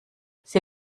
sie